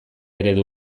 eredu